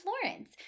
Florence